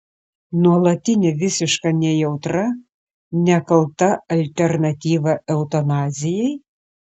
nuolatinė visiška nejautra nekalta alternatyva eutanazijai